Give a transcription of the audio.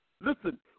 Listen